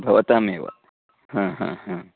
भवतामेव हा हा हा